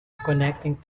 connecting